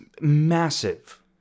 massive